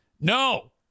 No